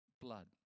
Blood